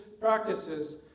practices